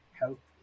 health